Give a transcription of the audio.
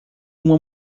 uma